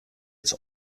its